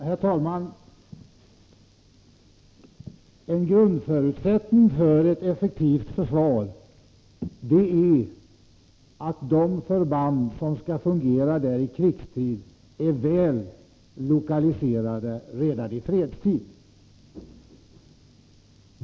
Herr talman! En grundförutsättning för ett effektivt försvar är att de förband som skall fungera i krigstid är väl lokaliserade redan i fredstid.